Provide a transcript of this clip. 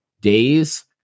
days